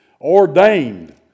ordained